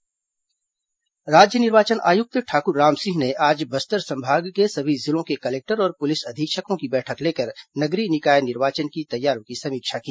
निर्वाचन आयुक्त बैठक राज्य निर्वाचन आयुक्त ठाकुर रामसिंह ने आज बस्तर संभाग के सभी जिलों के कलेक्टर और पुलिस अधीक्षकों की बैठक लेकर नगरीय निकाय निर्वाचन की तैयारियों की समीक्षा की